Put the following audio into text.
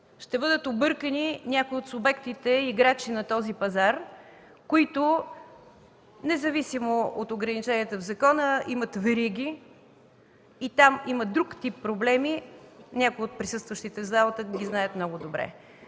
Ще бъдат объркани някои от субектите, играчи на този пазар, които независимо от ограниченията в закона, имат вериги и там има друг тип проблеми. Някои от присъстващите в залата ги знаят много добре.